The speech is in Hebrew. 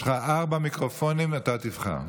יש לך ארבעה מיקרופונים, אתה תבחר.